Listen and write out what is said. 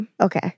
Okay